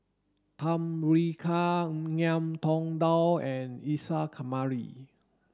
Tham Yui Kai Ngiam Tong Dow and Isa Kamari